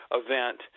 event